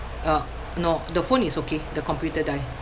uh no the phone is okay the computer die